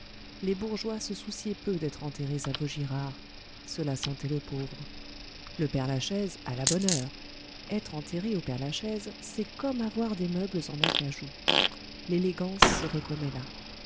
les bourgeois se souciaient peu d'être enterrés à vaugirard cela sentait le pauvre le père-lachaise à la bonne heure être enterré au père-lachaise c'est comme avoir des meubles en acajou l'élégance se reconnaît là